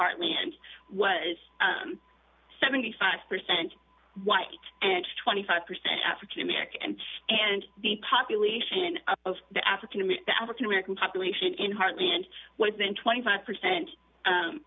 heartland was seventy five percent white and twenty five percent african american and and the population of the african and african american population in heartland was then twenty five percent